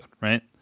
Right